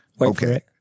Okay